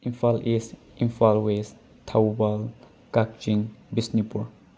Imphal east Imphal west Thoubal Kakching Bishnupur